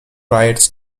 riots